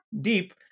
deep